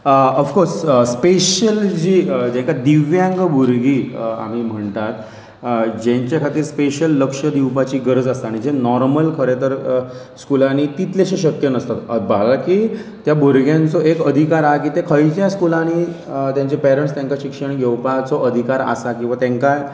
of course special जी जेका दिव्यांंग भुरगीं आमी म्हणटात जेंचे खातीर स्पेशल लक्ष दिवपाची गरज आसता आनी जे नॉर्मल खरें तर स्कुलांनी तितलेशें शक्य नासतात बालाकी त्या भुरग्यांचो एक अधिकार आहा की ते खंयच्या स्कुलांनी तेंचे पेरंट्स तेंक शिक्षण घेवपाचो अधिकार आसा किंवा तांकां